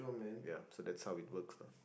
ya so that's how it works lah